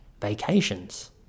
vacations